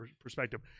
perspective